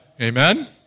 Amen